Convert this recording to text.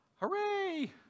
hooray